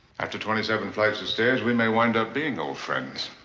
after twenty seven flights of stairs, we may wind up being old friends.